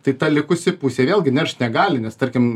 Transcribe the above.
tai ta likusi pusė vėlgi neršt negali nes tarkim